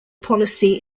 policy